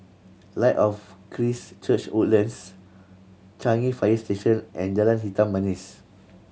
Light of Christ Church Woodlands Changi Fire Station and Jalan Hitam Manis